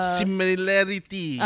similarity